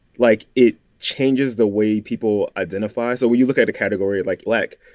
like, it changes the way people identify. so when you look at a category, like black,